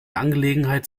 angelegenheit